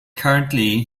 currently